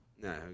No